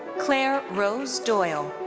clare rose doyle.